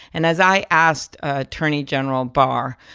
and as i asked attorney general barr,